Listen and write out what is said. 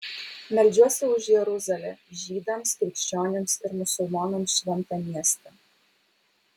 meldžiuosi už jeruzalę žydams krikščionims ir musulmonams šventą miestą